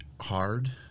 hard